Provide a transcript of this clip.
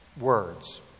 words